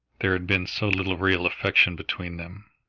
there had been so little real affection between them.